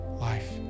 life